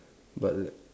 but l~